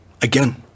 again